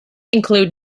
include